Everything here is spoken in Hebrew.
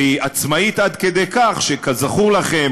והיא עצמאית עד כדי כך שכזכור לכם,